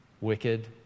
wicked